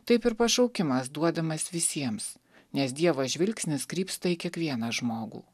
taip ir pašaukimas duodamas visiems nes dievo žvilgsnis krypsta į kiekvieną žmogų